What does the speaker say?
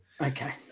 Okay